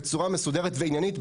בצורה מסודרת ועניינית,